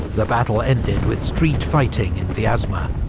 the battle ended with street-fighting in vyazma,